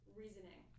reasoning